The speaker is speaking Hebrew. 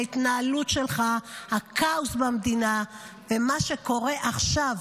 ההתנהלות שלך, הכאוס במדינה ומה שקורה עכשיו,